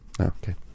okay